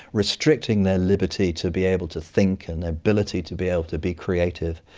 restricting their liberty to be able to think and their ability to be able to be creative,